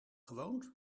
gewoond